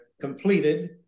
completed